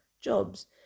jobs